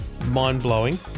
mind-blowing